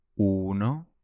Uno